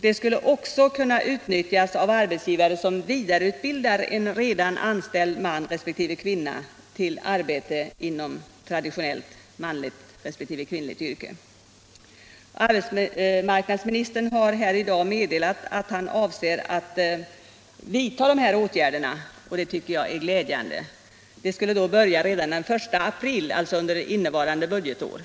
Det skulle också kunna utnyttjas av arbetsgivare som vidareutbildar en redan anställd man resp. kvinna till arbete inom traditionellt kvinnligt resp. manligt yrke. Arbetsmarknadsministern har tidigare här i dag meddelat att han avser att vidta de här åtgärderna, och det tycker jag är glädjande. Det skulle börja tilllämpas redan den 1 april, alltså under innevarande budgetår.